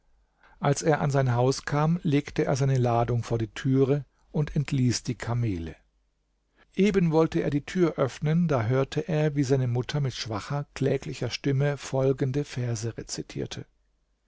als er an sein haus kam legte er seine ladung vor die türe und entließ die kamele eben wollte er die tür öffnen da hörte er wie seine mutter mit schwacher kläglicher stimmt folgende verse rezitierte